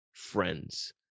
friends